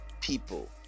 people